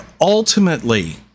ultimately